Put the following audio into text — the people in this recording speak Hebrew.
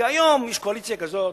כי היום יש קואליציה כזאת,